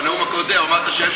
בנאום הקודם אמרת שאין פוליטיקה.